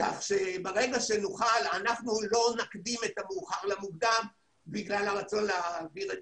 אנחנו לא נקדים את המאוחר למוקדם בגלל הרצון להעביר את